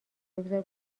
بگذار